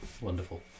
Wonderful